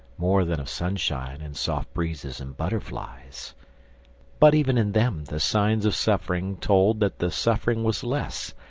more than of sunshine and soft breezes and butterflies but even in them the signs of suffering told that the suffering was less,